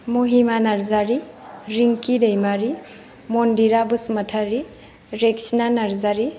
Mahima Narzary Rinkhi Daimary Mandira Basumatary Rexina Narzary